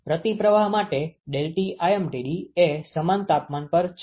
પ્રતિપ્રવાહ માટે ∆Tlmtd એ સમાન તાપમાન પર છે